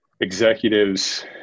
executives